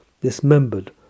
dismembered